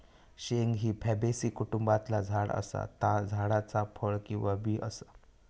शेंग ही फॅबेसी कुटुंबातला झाड असा ता झाडाचा फळ किंवा बी असा